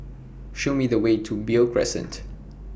Show Me The Way to Beo Crescent